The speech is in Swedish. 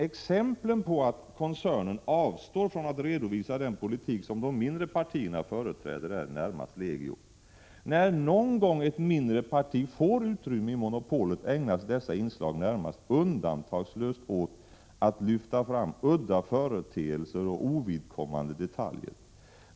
Exemplen på att koncernen avstår från att redovisa den politik som de mindre partierna företräder är närmast legio. När någon gång ett mindre parti får utrymme i monopolet ägnas dessa inslag närmast undantagslöst åt att lyfta fram udda företeelser och ovidkommande detaljer.